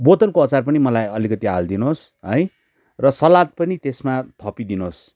बोतलको अचार पनि मलाई अलिकति हालिदिनुहोस् है र सलाद पनि त्यसमा थपिदिनुहोस्